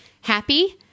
happy